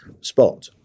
spot